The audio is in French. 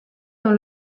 dans